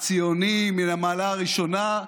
ציוני מן המעלה הראשונה.